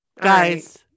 Guys